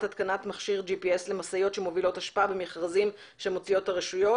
התקנת GPS למשאיות שמובילות אשפה במכרזים שמוציאות הרשויות.